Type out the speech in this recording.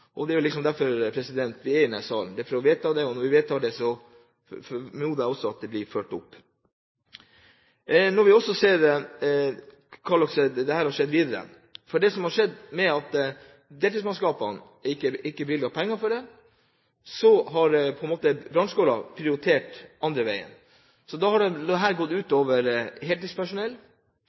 Og det er liksom derfor vi er i denne salen. Det er for å gjøre vedtak, og når det er vedtatt, formoder jeg også at det blir fulgt opp. La oss også se hva som har skjedd videre. Det som har skjedd, er at når deltidsmannskapene ikke er bevilget penger, har brannskolen prioritert den andre veien. Dette har innen brannvernet gått ut over heltidspersonell,